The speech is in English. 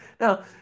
Now